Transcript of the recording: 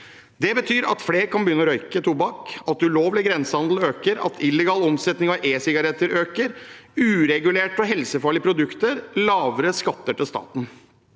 Det betyr at flere kan begynne å røyke tobakk, at ulovlig grensehandel øker, at illegal omsetning av e-sigaretter øker, og det blir uregulerte og mer helsefarlige produkter og lavere skatter til staten.